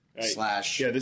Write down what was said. slash